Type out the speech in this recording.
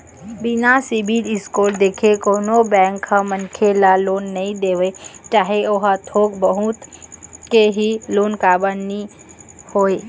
बिना CIBIL score देखे कोनो बेंक ह मनखे ल लोन नइ देवय चाहे ओहा थोक बहुत के ही लोन काबर नीं होवय